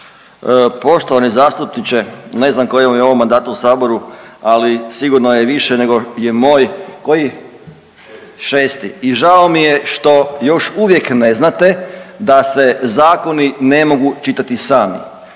Poštovani zastupniče, ne znam koji vam je ovo mandat u Saboru, ali sigurno je više nego je moj. Koji? Šesti. I žao mi je što još uvijek ne znate da se zakoni ne mogu čitati sami.